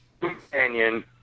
Companion